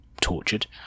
tortured